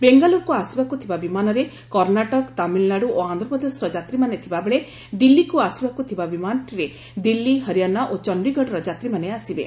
ବେଙ୍ଗାଲୁରୁକୁ ଆସିବାକୁ ଥିବା ବିମାନରେ କର୍ଷ୍ଣାଟକ ତାମିଲନାଡୁ ଓ ଆନ୍ଧ୍ରପ୍ରଦେଶର ଯାତ୍ରୀମାନେ ଥିବାବେଳେ ଦିଲ୍ଲୀକୁ ଆସିବାକୁ ଥିବା ବିମାନଟିରେ ଦିଲ୍ଲୀ ହରିଆଶା ଓ ଚଣ୍ଡୀଗଡ଼ର ଯାତ୍ରୀମାନେ ଆସିବେ